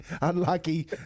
Unlucky